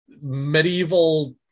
medieval